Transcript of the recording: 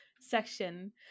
section